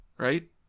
right